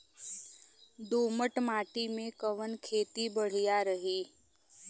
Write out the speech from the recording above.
दोमट माटी में कवन खेती बढ़िया रही?